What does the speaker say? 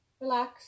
relax